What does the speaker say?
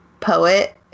poet